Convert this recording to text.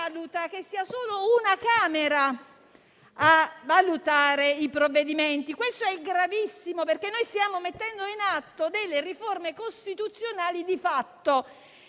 che sia solo una Camera a valutare i provvedimenti. Questo è gravissimo, perché stiamo mettendo in atto delle riforme costituzionali di fatto,